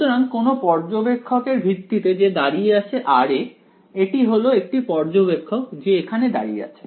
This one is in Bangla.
সুতরাং কোনো পর্যবেক্ষক এর ভিত্তিতে যে দাঁড়িয়ে আছে r এ এটি হলো একটি পর্যবেক্ষক যে এখানে দাঁড়িয়ে আছে